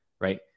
right